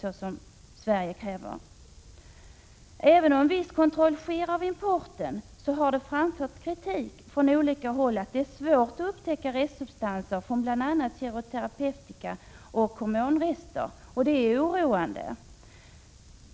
Även om det sker en viss kontroll av det importerade, har det från olika håll framförts kritik, som går ut på att det är svårt att upptäcka restsubstanser från bl.a. kemoterapeutika och hormonrester, och det är oroande.